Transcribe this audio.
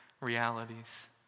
realities